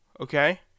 Okay